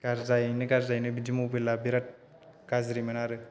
गाज्रि जायैनो गाज्रि जायैनो बिदि मबाइला बेराद गाज्रिमोन आरो